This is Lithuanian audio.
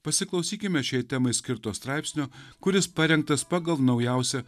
pasiklausykime šiai temai skirto straipsnio kuris parengtas pagal naujausią